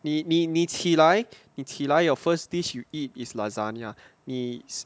你你你起来你起来 your first dish you eat is lasagna